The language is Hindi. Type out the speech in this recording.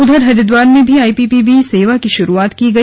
उधर हरिद्वार में भी आईपीपीबी सेवा की शुरूआत की गई